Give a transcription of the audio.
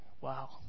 Wow